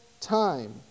time